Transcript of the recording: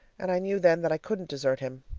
and i knew then that i couldn't desert him.